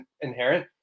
inherent